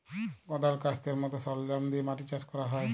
কদাল, ক্যাস্তের মত সরলজাম দিয়ে মাটি চাষ ক্যরা হ্যয়